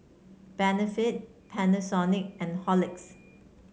Benefit Panasonic and Horlicks